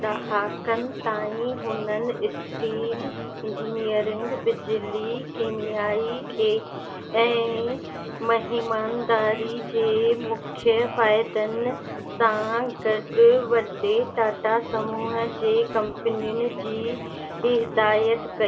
ॾहाकनि ताईं हुननि steel engineering बिजली कीमयाई खे ऐं महिमानदारी जे मुख्य फ़ाइदनि सां गॾु वॾे टाटा समूह जे कंपनियुनि जी हिदायति कई